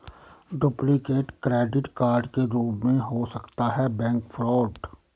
duplicate credit card के रूप में हो सकता है बैंक फ्रॉड